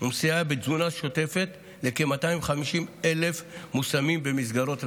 ומסייע בתזונה שוטפת לכ-205,000 מושמים במסגרות רווחה.